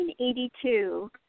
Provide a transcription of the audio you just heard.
1982